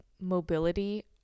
mobility